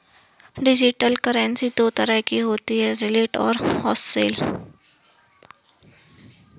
digital currency दो तरह की होती है रिटेल और होलसेल